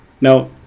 now